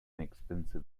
expensive